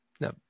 No